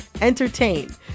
entertain